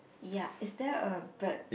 ya is there a bird